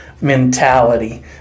mentality